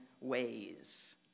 ways